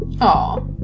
Aw